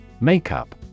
Makeup